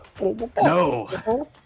No